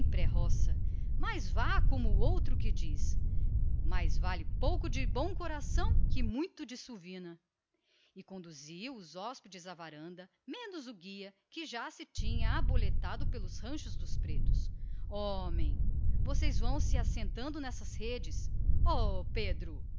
é roça mas vá como o outro que diz mais vai pouca de bom coração que muito de sovina e conduziu os hóspedes à varanda menos o guia que se tinha aboletado já pelos ranchos dos pretos homem vocês vão se assentando nessas redes ó pedro